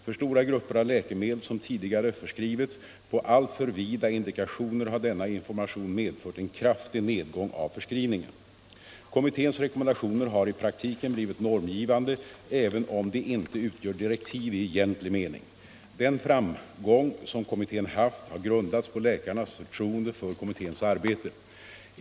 För stora grupper av läkemedel som tidigare förskrivits på alltför vida indikationer har denna information medfört en kraftig nedgång av förskrivningen. Kommitténs rekommendationer har i praktiken blivit normgivande även om de inte utgör direktiv i egentlig mening. Den framgång som kommittén haft har grundats på läkarnas förtroende för kommitténs arbete.